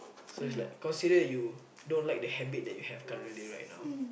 so it's like considered you don't like the habit that you have currently right now